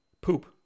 Poop